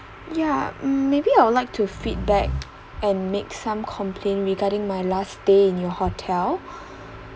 yeah maybe I would like to feedback and make some complaint regarding my last day in your hotel